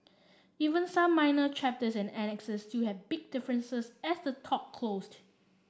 even some minor chapters and annexes still had big differences as the talk closed